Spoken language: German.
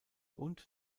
und